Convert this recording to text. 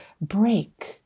break